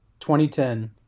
2010